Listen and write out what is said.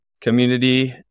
community